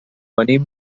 venim